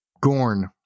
Gorn